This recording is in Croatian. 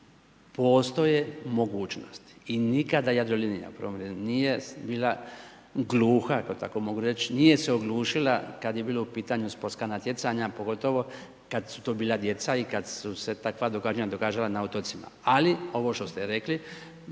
postoje mogućnost i nikada Jadrolinija, u prvom redu, nije bila gluha, ako to tako mogu reći, nije se oglušila kada je bilo u pitanja sportska natjecanja, pogotovo, kada su to bila djeca i kada su se takva događanja događala na otocima. Ali, ovo što ste rekli,